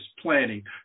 planning